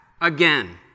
again